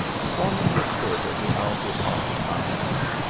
forming the skirt of the al puxarra mountains.